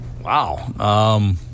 Wow